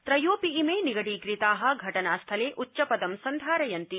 त्रयोपि इमे निगडीकृता घटनास्थले उच्चपदं सन्धारयन्ति